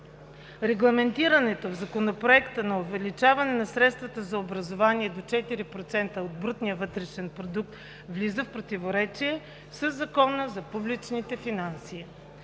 Регламентирането в Законопроекта на увеличаване на средствата за образование до 4% от БВП влиза в противоречие със Закона за публичните финанси.